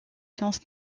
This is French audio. sciences